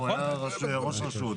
הוא היה ראש רשות,